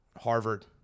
Harvard